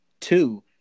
Two